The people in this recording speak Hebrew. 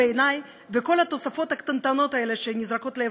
וברגע שזה הגיע לפתחי על-ידי הפרסום בתקשורת,